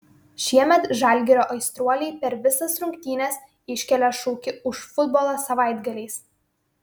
šiemet žalgirio aistruoliai per visas rungtynes iškelia šūkį už futbolą savaitgaliais